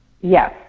Yes